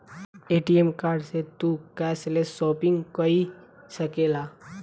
ATM card से तू cashless shopping कई सकेला